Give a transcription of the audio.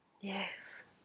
yes